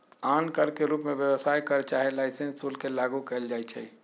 आन कर के रूप में व्यवसाय कर चाहे लाइसेंस शुल्क के लागू कएल जाइछै